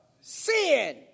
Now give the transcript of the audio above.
Sin